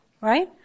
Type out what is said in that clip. right